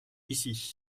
ici